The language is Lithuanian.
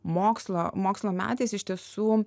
mokslo mokslo metais iš tiesų